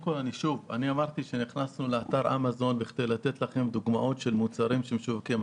אמרתי שנכנסנו לאתר אמזון בכדי לתת לכם דוגמאות של מוצרים שמשווקים.